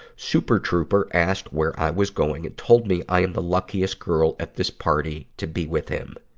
super trooper asked where i was going and told me i am the luckiest girl at this party to be with him.